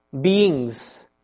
beings